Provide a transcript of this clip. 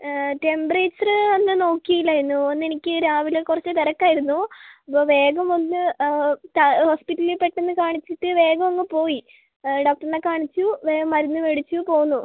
temperature അന്ന് നോക്കിയിലായിരുന്നു അന്നെനിക് രാവിലെ കുറച്ച് തിരക്കായിരുന്നു അപ്പോൾ വേഗം വന്ന് ഹോസ്പിറ്റലിൽ പെട്ടെന്ന് കാണിച്ചിട്ട് വേഗം അങ്ങ് പോയി ഡോക്ടറിനെ കാണിച്ചു വേഗം മരുന്ന് മേടിച്ചു പോന്നു